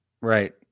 Right